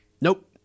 nope